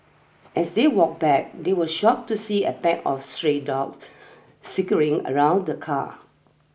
as they walked back they were shocked to see a pack of stray dogs circling around the car